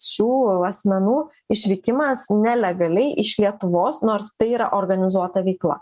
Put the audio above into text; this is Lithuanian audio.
šių asmenų išvykimas nelegaliai iš lietuvos nors tai yra organizuota veikla